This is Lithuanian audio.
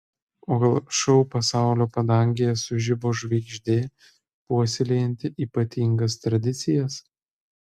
o gal šou pasaulio padangėje sužibo žvaigždė puoselėjanti ypatingas tradicijas